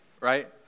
Right